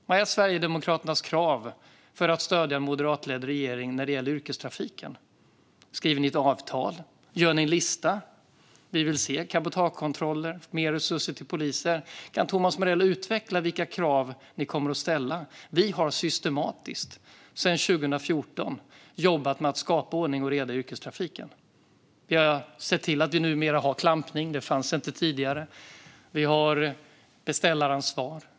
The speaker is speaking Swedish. Vad är Sverigedemokraternas krav för att stödja en moderatledd regering när det gäller yrkestrafiken? Skriver ni ett avtal? Gör ni en lista med fler cabotagekontroller och mer resurser till poliser? Kan Thomas Morell utveckla vilka krav ni kommer att ställa? Vi har systematiskt sedan 2014 jobbat med att skapa ordning och reda i yrkestrafiken. Vi har sett till att vi numera har klampning, vilket inte fanns tidigare. Vi har beställaransvar.